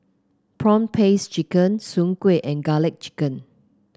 prawn paste chicken Soon Kueh and garlic chicken